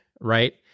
right